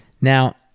Now